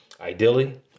ideally